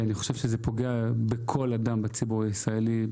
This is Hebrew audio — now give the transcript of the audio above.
אני חושב שזה פוגע בכל אדם בציבור הישראלי,